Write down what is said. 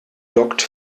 lockt